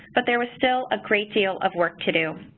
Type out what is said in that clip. but there was still a great deal of work to do.